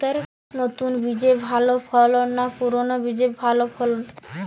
নতুন বীজে ভালো ফলন না পুরানো বীজে ভালো ফলন?